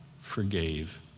forgave